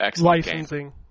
Licensing